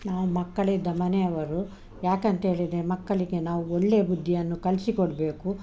ನಾವು ಮಕ್ಕಳಿದ್ದ ಮನೆಯವರು ಯಾಕಂತೇಳಿದರೆ ಮಕ್ಕಳಿಗೆ ನಾವು ಒಳ್ಳೆಯ ಬುದ್ಧಿಯನ್ನು ಕಲ್ಸಿಕೊಡಬೇಕು